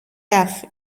death